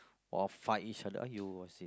or fight each other !aiyo! I say